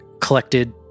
collected